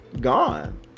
gone